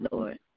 Lord